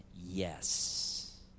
yes